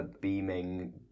Beaming